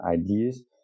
ideas